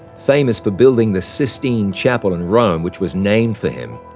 famous for building the sistine chapel in rome, which was named for him,